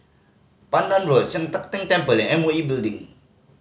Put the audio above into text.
Pandan Road Sian Teck Tng Temple and M O E Building